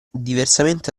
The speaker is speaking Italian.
diversamente